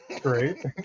Great